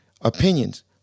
opinions